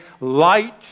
light